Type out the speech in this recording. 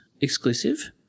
exclusive